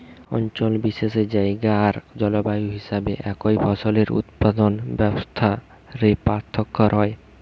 অঞ্চল বিশেষে জায়গা আর জলবায়ু হিসাবে একই ফসলের উৎপাদন ব্যবস্থা রে পার্থক্য রয়